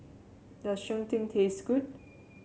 does Cheng Tng taste good